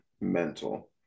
mental